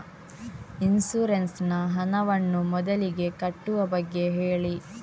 insurance ನ ಹಣವನ್ನು ಮೊದಲಿಗೆ ಕಟ್ಟುವ ಬಗ್ಗೆ ಹೇಳಿ